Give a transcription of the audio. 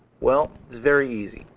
well, it's very easy.